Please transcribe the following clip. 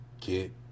get